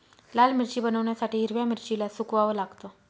लाल मिरची बनवण्यासाठी हिरव्या मिरचीला सुकवाव लागतं